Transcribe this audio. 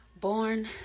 Born